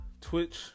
Twitch